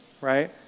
Right